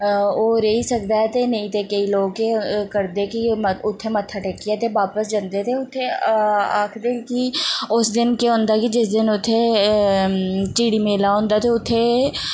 ओह् रेही सकदा ऐ ते नेईं तां केईं लोक केह् करदे कि उत्थें मत्था टेकियै ते बापस जंदे ते उत्थें आखदे न कि उस दिन केह् होंदा कि जिस दिन उत्थें चिड़ी मेला होंदा ते उत्थें